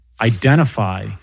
identify